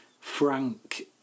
Frank